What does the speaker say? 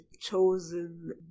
chosen